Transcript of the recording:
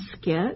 skit